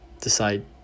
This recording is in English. decide